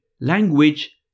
language